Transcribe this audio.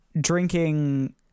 drinking